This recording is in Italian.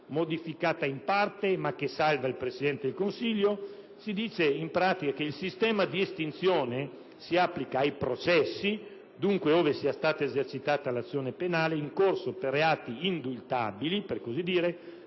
modificata in parte, ma che salva il Presidente del Consiglio - in pratica si dice che il sistema di estinzione si applica ai processi (dunque ove sia stata esercitata l'azione penale) in corso per reati indultabili, per così dire,